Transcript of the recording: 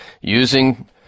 using